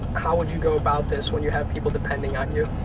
how would you go about this when you have people depending on you?